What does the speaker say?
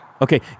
Okay